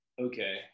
Okay